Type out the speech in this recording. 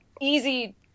easy